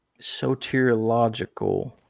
Soteriological